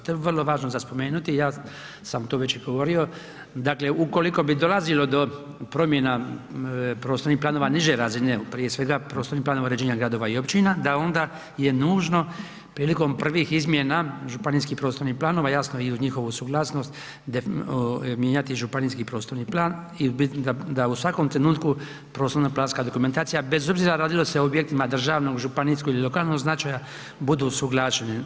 To je vrlo važno za spomenuti i ja sam to već i govorio, dakle ukoliko bi dolazilo do promjena prostornih planova niže razine prije svega prostornih planova uređenja gradova i općina da onda je nužno prilikom prvih izmjena županijskih prostornih planova, jasno i uz njihovu suglasnost mijenjati županijski prostorni plan i da u svakom trenutku prostorno planska dokumentacija, bez obzira radilo se o objektima državnog, županijskog ili lokalnog značaja budu usuglašeni.